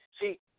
See